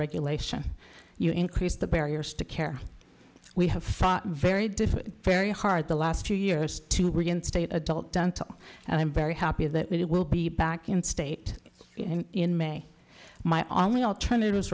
regulation you increase the barriers to care we have fought very different very hard the last few years to reinstate adult done to and i'm very happy that it will be back in state in may my only alternative